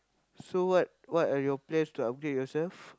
so what what are your plans to upgrade yourself